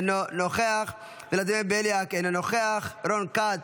אינו נוכח, ולדימיר בליאק, אינו נוכח, רון כץ,